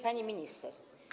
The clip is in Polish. Pani Minister!